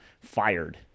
fired